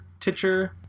Titcher